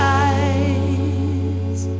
eyes